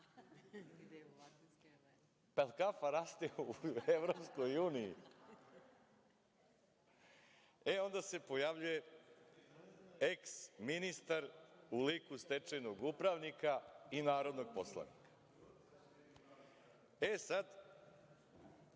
jel kafa raste u Evropskoj uniji? E, onda se pojavljuje eks ministar u liku stečajnog upravnika i narodnog poslanika.(Radoslav